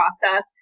process